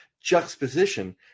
juxtaposition